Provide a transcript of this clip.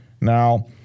Now